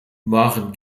waren